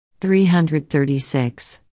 336